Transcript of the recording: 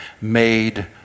Made